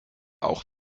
auch